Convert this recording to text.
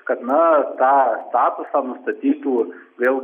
kad na tą statusą nustatytų vėl